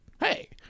hey